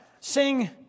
sing